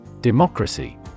Democracy